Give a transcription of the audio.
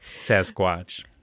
Sasquatch